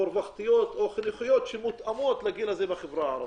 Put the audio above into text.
חינוכיות או של רווחה שמותאמות לגיל הזה בחברה הערבית.